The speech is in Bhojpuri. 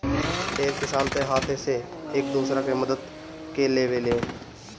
ढेर किसान तअ हाथे से एक दूसरा के मदद कअ लेवेलेन